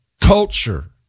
culture